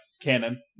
canon